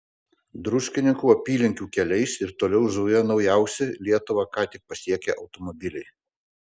druskininkų apylinkių keliais ir toliau zuja naujausi lietuvą ką tik pasiekę automobiliai